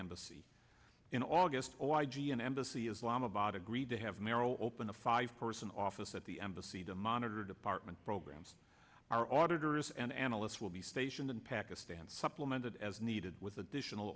embassy in august oh i g n embassy islam about agreed to have merrill open a five person office at the embassy to monitor department programs our auditor is an analyst will be stationed in pakistan supplemented as needed with additional